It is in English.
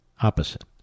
opposite